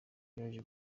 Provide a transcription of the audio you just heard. yaje